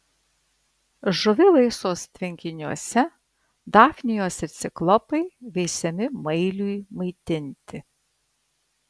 žuvivaisos tvenkiniuose dafnijos ir ciklopai veisiami mailiui maitinti